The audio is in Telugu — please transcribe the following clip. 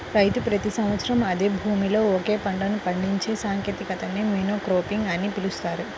రైతు ప్రతి సంవత్సరం అదే భూమిలో ఒకే పంటను పండించే సాంకేతికతని మోనోక్రాపింగ్ అని పిలుస్తారు